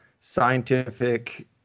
scientific